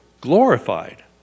glorified